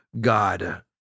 God